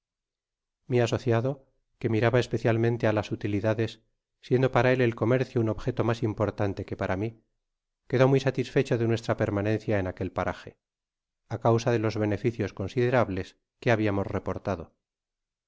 mi asociado que miraba especialmente á las utilidades siendo para él el comercio un objeto mas importante que para mi quedó muy satisfecho de nuestra permanencia en aquel paraje á causa de los beneficios considerables que habiamos reportado